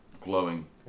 Glowing